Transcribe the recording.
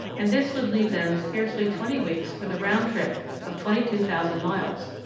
and this would leave them scarcely twenty weeks for the round trip of twenty-two thousand miles.